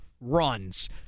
runs